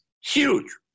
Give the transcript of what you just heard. huge